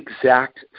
exact